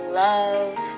love